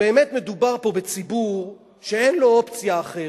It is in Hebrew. באמת מדובר פה בציבור שאין לו אופציה אחרת.